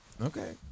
Okay